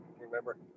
remember